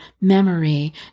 memory